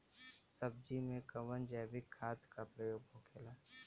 सब्जी में कवन जैविक खाद का प्रयोग होखेला?